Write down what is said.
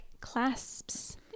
clasps